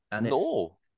no